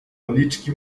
policzki